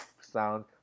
sound